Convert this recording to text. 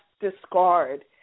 discard